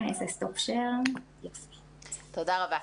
תודה רבה.